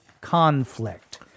conflict